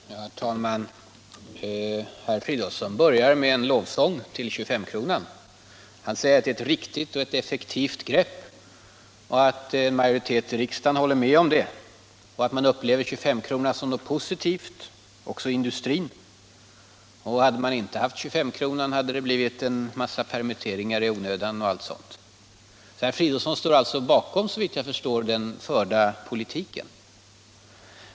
Herr talman! Herr Fridolfsson börjar med en lovsång till 25-kronan. Han säger att det är ett ”riktigt” och ”effektivt” grepp, att en majoritet i riksdagen håller med om det och att man upplever 25-kronan som något positivt också i industrin. Hade man inte haft 25-kronan, hade det blivit en massa permitteringar i onödan. Herr Fridolfsson står alltså, såvitt jag förstår, bakom den förda politiken.